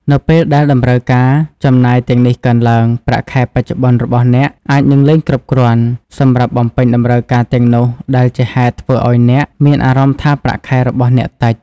នៅពេលដែលតម្រូវការចំណាយទាំងនេះកើនឡើង ប្រាក់ខែបច្ចុប្បន្នរបស់អ្នកអាចនឹង លែងគ្រប់គ្រាន់ សម្រាប់បំពេញតម្រូវការទាំងនោះ ដែលជាហេតុធ្វើឲ្យអ្នកមានអារម្មណ៍ថាប្រាក់ខែរបស់អ្នក តិច។